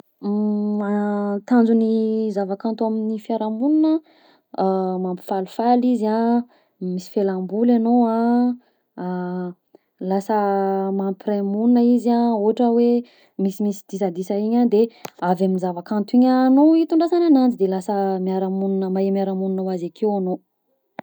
Ny tanjon'ny zavakanto amin'ny fiarahamonina, mampifalifaly izy a, misy fialamboly anao a, lasa mampiray monina izy a, ohatra hoe misimisy disadisa igny a, de avy amin'ny zavakanto igny no hitondrasana ananjy de lasa miaramonina, mahay miaramonina hoa azy akeo ao moa.